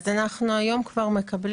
אחרי הטיפול היא כבר לא